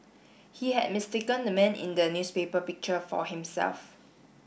he had mistaken the man in the newspaper picture for himself